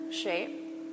shape